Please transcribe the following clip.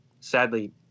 sadly